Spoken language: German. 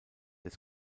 des